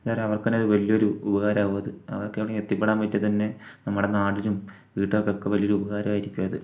നേരെ അവർക്ക് തന്നെ വലിയ ഒരു ഉപകാരം ആവും അത് അവർക്ക് എവിടെ എങ്കിലും എത്തിപ്പെടാൻ പറ്റിയാൽ തന്നെ നമ്മുടെ നാടിനും വീട്ടുകാർക്കും ഒക്കെ ഒരു വലിയ ഒരു ഉപകാരം ആയിരിക്കും അത്